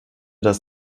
das